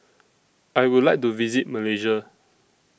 I Would like to visit Malaysia